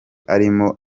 arimo